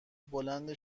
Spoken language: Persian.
بلند